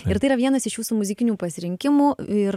ir tai yra vienas iš jūsų muzikinių pasirinkimų ir